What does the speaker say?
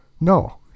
No